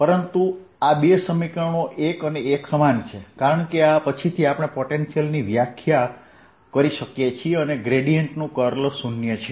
પરંતુ આ બે સમીકરણો એક અને એક સમાન છે કારણ કે આ પછીથી આપણે પોટેન્શિયલની વ્યાખ્યા કરી શકીએ છીએ અને ગ્રેડીયેંટનું કર્લ 0 છે